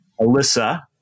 Alyssa